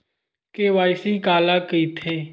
KYC काला कइथे?